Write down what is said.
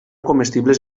comestibles